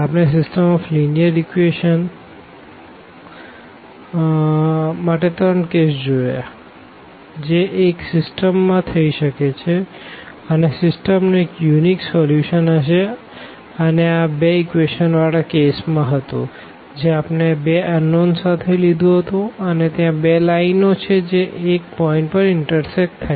આપણે system of linear equations માટે 3 case જોયા જે એક સીસ્ટમ માં થઇ શકે અને સીસ્ટમ નું એક યુનિક સોલ્યુશન હશે અને એ બે ઇક્વેશન વાળા કેસ માં હતું જે આપણે 2 અનનોન સાથે લીધું હતું અને ત્યાં 2 લાઈનો છે જે એક પોઈન્ટ પર ઇન્ટરસેકટ થાય છે